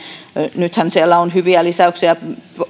nythän siellä on hyviä lisäyksiä